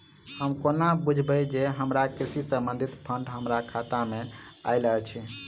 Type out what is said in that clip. हम कोना बुझबै जे हमरा कृषि संबंधित फंड हम्मर खाता मे आइल अछि?